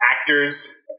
actors